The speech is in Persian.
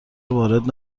وارد